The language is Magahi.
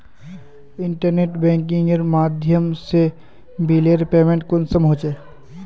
इंटरनेट बैंकिंग के माध्यम से बिलेर पेमेंट कुंसम होचे?